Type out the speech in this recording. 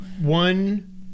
One